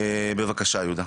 בבקשה, יהודה.